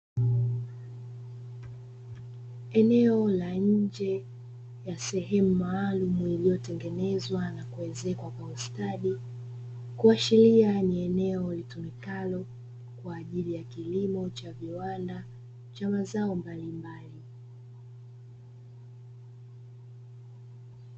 Eneo la nje ya sehemu maalumu iliyotengenezwa na kuezekwa kwa ustadi kuashiria ni eneo litumikalo kwa ajili ya kilimo cha viwanda cha mazao mbalimbali.